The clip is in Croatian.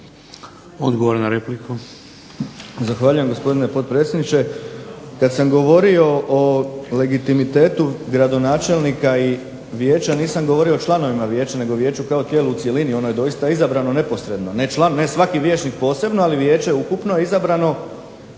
Odgovor na repliku.